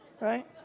right